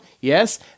Yes